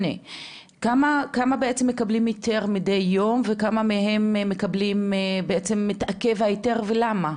כמה בעצם מקבלים היתר מדי יום וכמה מהם מתעכב ההיתר ולמה?